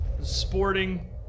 sporting